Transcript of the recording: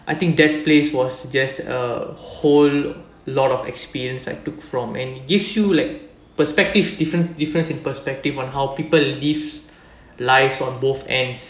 I think that place was just a whole lot of experience I took from and gives you like perspective different different in perspective on how people lives lives on both ends